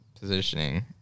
Positioning